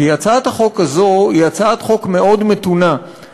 כי הצעת החוק הזאת היא הצעת חוק מאוד מתונה,